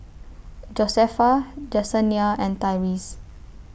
Josefa Jessenia and Tyrese